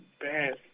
best